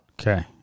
Okay